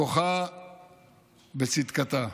בכוחה ובצדקתה.